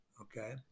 okay